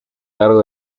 largo